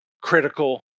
critical